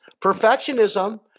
Perfectionism